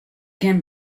can